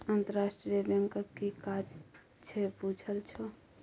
अंतरराष्ट्रीय बैंकक कि काज छै बुझल छौ?